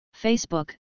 Facebook